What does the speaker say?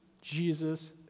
Jesus